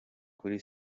kuri